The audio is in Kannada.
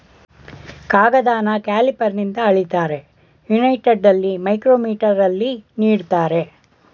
ಕಾಗದನ ಕ್ಯಾಲಿಪರ್ನಿಂದ ಅಳಿತಾರೆ, ಯುನೈಟೆಡಲ್ಲಿ ಮೈಕ್ರೋಮೀಟರಲ್ಲಿ ನೀಡ್ತಾರೆ